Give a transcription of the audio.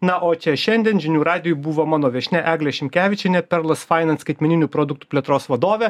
na o čia šiandien žinių radijui buvo mano viešnia egle šimkevičiene perlas fainans skaitmeninių produktų plėtros vadovė